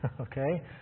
Okay